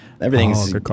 Everything's